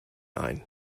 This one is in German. ein